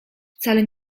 wcale